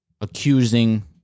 accusing